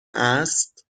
است